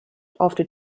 after